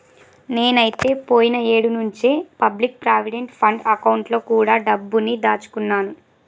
నేనైతే పోయిన ఏడు నుంచే పబ్లిక్ ప్రావిడెంట్ ఫండ్ అకౌంట్ లో కూడా డబ్బుని దాచుకున్నాను